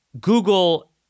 Google